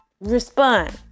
respond